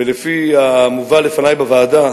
ולפי המובא לפני בוועדה,